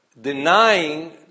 denying